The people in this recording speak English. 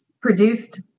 produced